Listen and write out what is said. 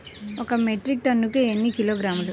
ఒక మెట్రిక్ టన్నుకు ఎన్ని కిలోగ్రాములు?